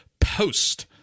post